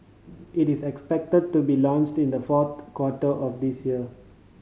it is expected to be launched in the fourth quarter of this year